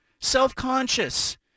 self-conscious